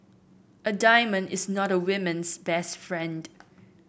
a diamond is not a woman's best friend